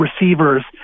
receivers